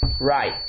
Right